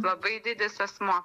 labai didis asmuo